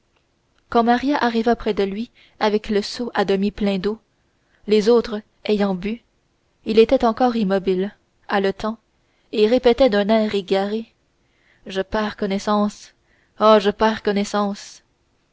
quand maria arriva près de lui avec le seau à demi plein d'eau les autres ayant bu il était encore immobile haletant et répétait d'un air égaré je perds connaissance ah je perds connaissance